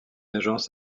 agence